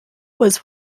was